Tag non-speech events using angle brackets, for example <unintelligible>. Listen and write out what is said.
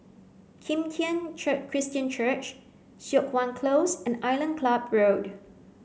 Kim Tian <unintelligible> Christian Church Siok Wan Close and Island Club Road